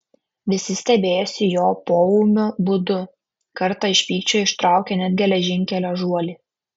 visi stebėjosi jo poūmiu būdu kartą iš pykčio ištraukė net geležinkelio žuolį